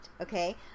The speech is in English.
okay